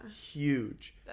huge